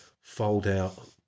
fold-out